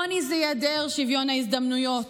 עוני זה היעדר שוויון ההזדמנויות,